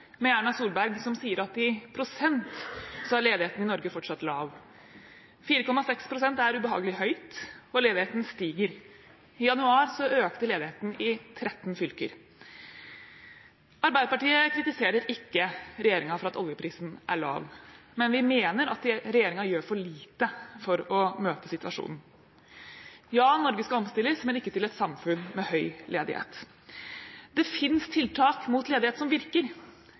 med Erna Solberg som sier at i prosent er ledigheten i Norge fortsatt lav. 4,6 pst. er ubehagelig høyt, og ledigheten stiger. I januar økte ledigheten i 13 fylker. Arbeiderpartiet kritiserer ikke regjeringen for at oljeprisen er lav, men vi mener at regjeringen gjør for lite for å møte situasjonen. Ja, Norge skal omstilles, men ikke til et samfunn med høy ledighet. Det finnes tiltak mot ledighet som virker,